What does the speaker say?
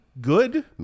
Good